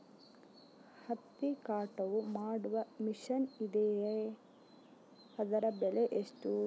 ಹತ್ತಿ ಕಟಾವು ಮಾಡುವ ಮಿಷನ್ ಇದೆಯೇ ಅದರ ಬೆಲೆ ಎಷ್ಟು?